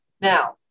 Now